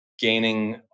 gaining